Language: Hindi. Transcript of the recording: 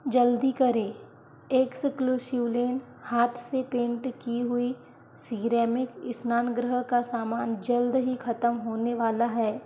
जल्दी करें एक्सक्लूसिव लेन हाथ से पेंट की हुई सिरैमिक स्नान गृह का सामान जल्द ही खत्म होने वाला है